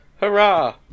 hurrah